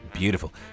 beautiful